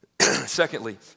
Secondly